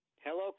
Hello